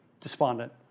despondent